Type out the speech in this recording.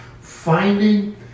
Finding